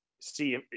see